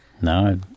No